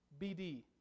BD